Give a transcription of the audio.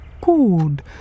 Good